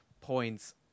points